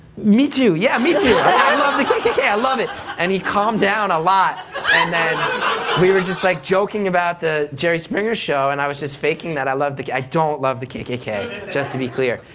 me too. yeah. me too, i love the kkk. i love it. and he calmed down a lot and then we were just like joking about the jerry springer show, and i was just faking that i loved the kkk. i don't love the kkk, just to be clear.